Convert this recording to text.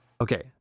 Okay